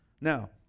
Now